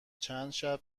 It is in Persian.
چندشب